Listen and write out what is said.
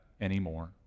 anymore